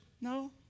No